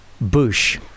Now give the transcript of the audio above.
bush